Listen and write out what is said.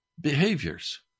behaviors